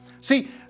See